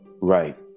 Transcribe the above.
right